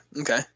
Okay